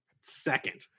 second